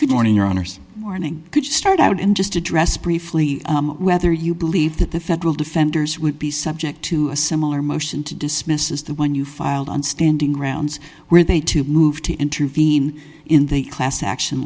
good morning your honour's morning could start out in just address briefly whether you believe that the federal defenders would be subject to a similar motion to dismiss is the one you filed on standing grounds where they too moved to intervene in the class action